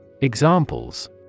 Examples